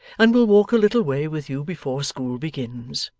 and will walk a little way with you before school begins